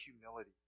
humility